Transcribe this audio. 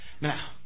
Now